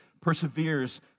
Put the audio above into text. perseveres